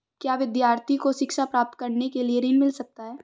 क्या विद्यार्थी को शिक्षा प्राप्त करने के लिए ऋण मिल सकता है?